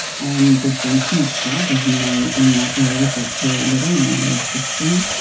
and there has been huge strides, as we know, in that area but very little in the area of schizophrenia.